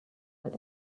but